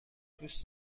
دوست